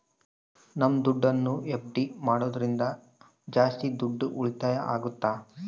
ನಮ್ ದುಡ್ಡನ್ನ ಎಫ್.ಡಿ ಮಾಡೋದ್ರಿಂದ ಜಾಸ್ತಿ ದುಡ್ಡು ಉಳಿತಾಯ ಆಗುತ್ತ